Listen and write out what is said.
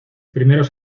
primeros